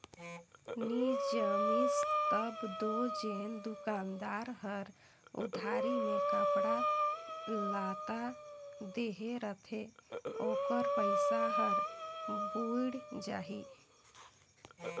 नी जमिस तब दो जेन दोकानदार हर उधारी में कपड़ा लत्ता देहे रहथे ओकर पइसा हर बुइड़ जाही